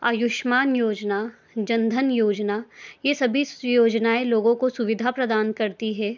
आयुष्मान योजना जनधन योजना ये सभी योजनाएँ लोगों को सुविधा प्रदान करती हैं